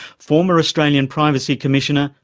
former australian privacy commissioner,